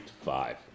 five